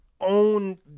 own